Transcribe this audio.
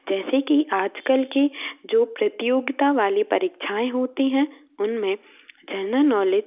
जैसे कि आज कल की जो प्रतियोगिता वाली परीक्छाएँ होती हैं उन में जेनल नौलेज